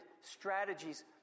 strategies